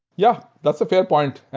yeah. that's a fair point.